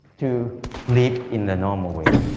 to live in the normal way,